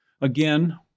Again